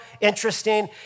interesting